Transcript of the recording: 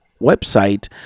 website